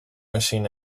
machine